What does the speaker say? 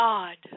God